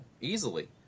easily